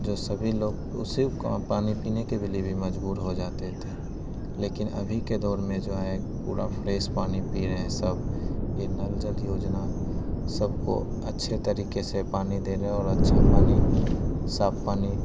जो सभी लोग उसी का पानी पीने के भी लिए भी मजबूर हो जाते थे लेकिन अभी के दौर में जो है पूरा फ्रेस पानी पी रहे हैं सब यह नल जल योजना सबको अच्छे तरीक़े से पानी देने और अच्छा पानी साफ पानी